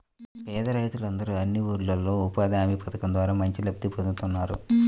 పేద రైతులందరూ అన్ని ఊర్లల్లో ఉపాధి హామీ పథకం ద్వారా మంచి లబ్ధి పొందుతున్నారు